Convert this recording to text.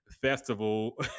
festival